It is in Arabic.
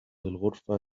الغرفة